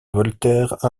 voltaire